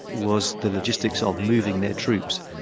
was the logistics of moving their troops,